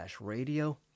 radio